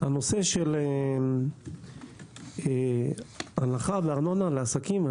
הנושא של הנחה בארנונה לעסקים.